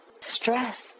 stress